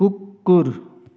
कुकुर